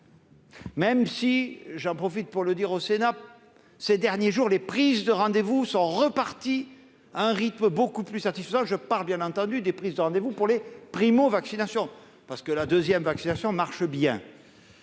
même si- j'en profite pour en informer le Sénat -, ces derniers jours, les prises de rendez-vous sont reparties à un rythme beaucoup plus satisfaisant. Je parle bien entendu des prises de rendez-vous pour les primo-vaccinations, la seconde injection marchant bien.